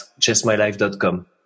chessmylife.com